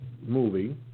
movie